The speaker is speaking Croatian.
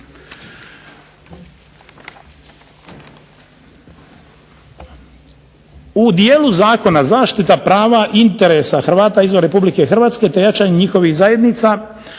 U dijelu zakona zaštita prava interesa Hrvata izvan Hrvatske te jačanje njihovih zajednica